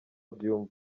abyumva